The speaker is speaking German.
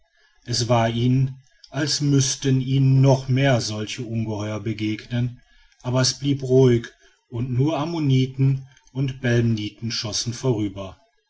es war ihnen als müßten ihnen noch mehr solche ungeheuer begegnen aber es blieb ruhig und nur ammoniten und belemniten schossen vorüber